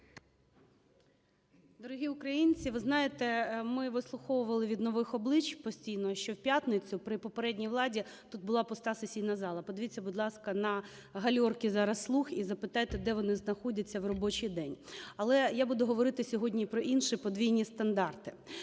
Дорогі українці, ви знаєте, ми вислуховували від нових облич постійно, що в п'ятницю при попередній владі тут була пуста сесійна зала. Подивіться, будь ласка, на гальорки зараз "слуг" і запитайте, де вони знаходяться в робочий день. Але я буду говорити сьогодні про інші подвійні стандарти.